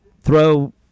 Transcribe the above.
throw